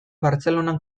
bartzelonan